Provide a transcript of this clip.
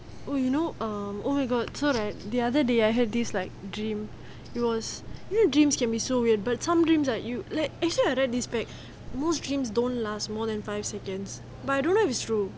oh you know um oh my god so right the other day I had this like dream it was you know dreams can be so weird but some dreams are you let actually I read this pack most dreams don't last more than five seconds but I don't know if it's true